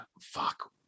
Fuck